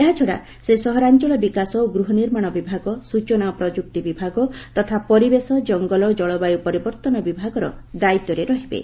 ଏହାଛଡା ସେ ସହର୍ଚଳ ବିକାଶ ଓ ଗୃହ ନିର୍ମାଣ ବିଭାଗ ସୂଚନା ଓ ପ୍ରଯୁକ୍ତି ବିଭାଗ ତଥା ପରିବେଶ ଜଙ୍ଗଲ ଓ ଜଳବାୟୁ ପରିବର୍ତନ ବିଭାଗର ଦାୟିତ୍ୱରେ ରହିବେ